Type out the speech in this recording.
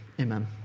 Amen